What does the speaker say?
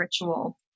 ritual